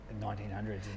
1900s